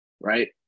right